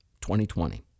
2020